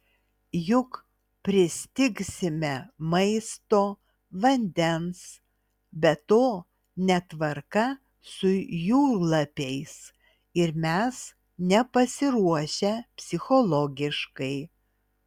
juk pristigsime maisto vandens be to netvarka su jūrlapiais ir mes nepasiruošę psichologiškai